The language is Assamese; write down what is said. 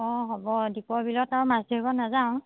অঁ হ'ব দীপৰ বিলত আৰু মাছ ধৰিব নাযাওঁ